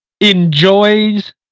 enjoys